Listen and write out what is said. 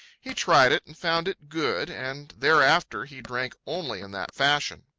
he tried it and found it good, and thereafter he drank only in that fashion.